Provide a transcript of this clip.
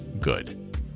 good